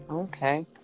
Okay